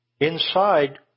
inside